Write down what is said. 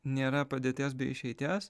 nėra padėties be išeities